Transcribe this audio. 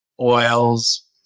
oils